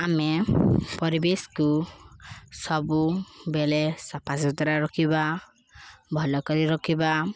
ଆମେ ପରିବେଶକୁ ସବୁ ବେଳେ ସଫାସୁତୁରା ରଖିବା ଭଲ କରି ରଖିବା